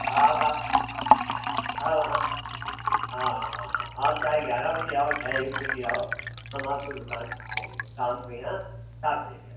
हाँ आप आप हाँ हाँ हाँ हाँ आप चाहे ग्यारह बजे आओ चाहे एक बजे आओ हम आपको दुकान पर मिल जाएंगे शाम को यहाँ सात बजे तक